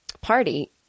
party